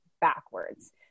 backwards